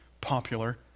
popular